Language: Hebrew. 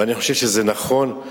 ואני חושב שזה נכון.